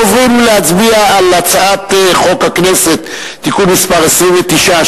אנחנו עוברים להצביע על הצעת חוק הכנסת (תיקון מס' 29),